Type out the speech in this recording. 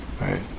right